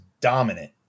dominant